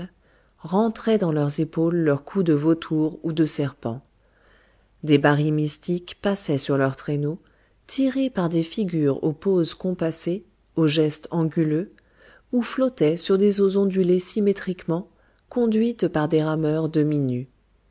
rentraient dans leurs épaules leur cou de vautour ou de serpent comme s'ils eussent été doués de vie des baris mystiques passaient sur leurs traîneaux tirées par des figures aux poses compassées au geste anguleux ou flottaient sur des eaux ondulées symétriquement conduites par des rameurs demi-nus des